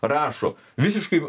rašo visiškai